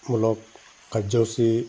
মূলক কাৰ্যসূচী